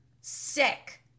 sick